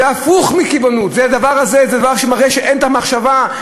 זה הפוך מקיבעונות זה מראה שאין מחשבה,